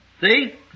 see